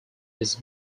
his